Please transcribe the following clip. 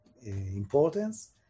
importance